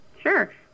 Sure